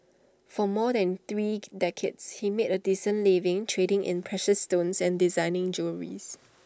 for more than three decades he made A decent living trading in precious stones and designing jewelries